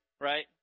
right